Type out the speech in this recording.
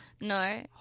No